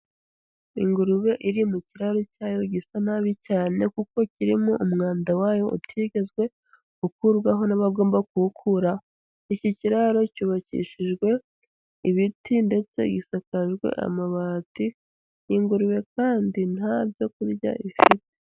Ingurube iri mu kiraro cyayo gisa nabi cyane, kuko kirimo umwanda wayo utigeze ukurwaho n'abagomba kuwukura. Iki kiraro cyubakishijwe, ibiti ndetse gisakajwe amabati, iyi ngurube kandi nta byo kurya bifite.